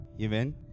Amen